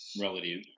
relative